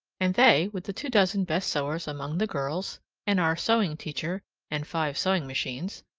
and they, with the two dozen best sewers among the girls and our sewing-teacher and five sewing machines,